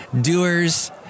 doers